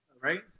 right